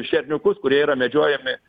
šerniukus kurie yra medžiojami